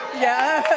yeah,